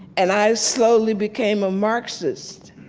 and i slowly became a marxist.